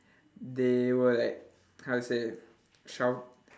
they were like how to say shout~